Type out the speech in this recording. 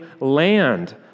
land